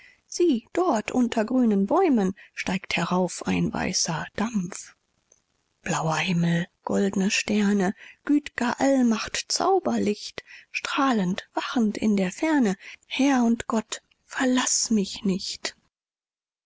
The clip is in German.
sieh dort unter grünen bäumen steigt herauf ein weißer dampf blauer himmel goldne sterne güt'ger allmacht zauberlicht strahlend wachend in der ferne herr und gott verlaß mich nicht